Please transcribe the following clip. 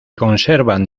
conservan